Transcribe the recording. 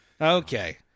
Okay